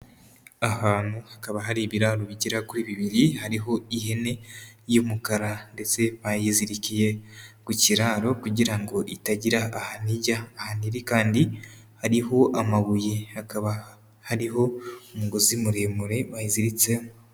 Ahantu hakaba hari ibiraro bigera kuri bibiri hariho ihene y'umukara ndetse bayizirikiye ku kiraro kugira ngo itagira ahantu ijya, ahantu iri kandi hariho amabuye, hakaba hariho umugozi muremure bayiziritse.